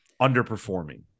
underperforming